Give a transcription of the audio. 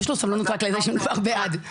יש לו סבלנות רק כשמדובר על בעד.